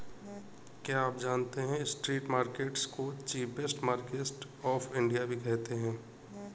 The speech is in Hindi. क्या आप जानते है स्ट्रीट मार्केट्स को चीपेस्ट मार्केट्स ऑफ इंडिया भी कहते है?